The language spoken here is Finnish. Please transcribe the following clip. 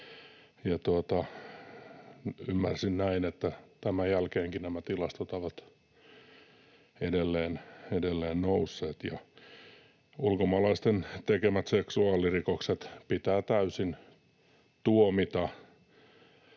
ymmärsin näin, että tämän jälkeenkin nämä tilastot ovat edelleen nousseet. Ulkomaalaisten tekemät seksuaalirikokset pitää täysin tuomita.